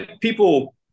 people